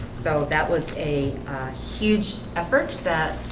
so that was a huge effort that